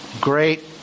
great